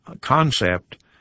concept